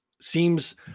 seems